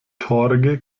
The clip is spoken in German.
torge